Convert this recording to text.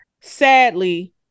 sadly